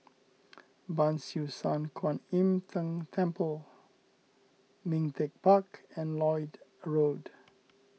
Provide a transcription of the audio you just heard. Ban Siew San Kuan Im Tng Temple Ming Teck Park and Lloyd Road